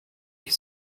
ich